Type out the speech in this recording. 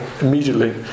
immediately